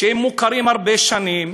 שמוכרים הרבה שנים,